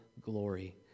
glory